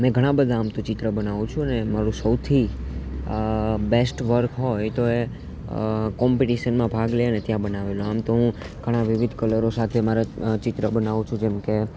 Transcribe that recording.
મેં ઘણા બધા આમ તો ચિત્ર બનાવું છું અને મારું સૌથી બેસ્ટ વર્ક હોય તો એ કોમ્પિટિશનમાં ભાગ લઇએ ને ત્યાં બનાવેલું આમ તો હું ઘણા વિવિધ કલરો સાથે મારા ચિત્ર બનાવું છું જેમકે